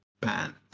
band